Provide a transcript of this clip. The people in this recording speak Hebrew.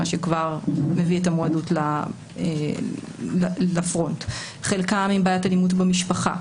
מה שכבר מביא את המועדות לפרונט; חלקם עם בעיית אלימות במשפחה,